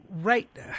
right